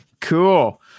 Cool